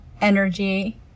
energy